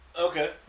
Okay